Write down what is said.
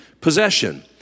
Possession